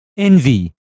Envy